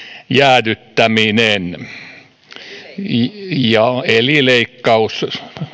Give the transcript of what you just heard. jäädyttäminen eli leikkaus